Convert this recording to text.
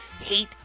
hate